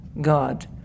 God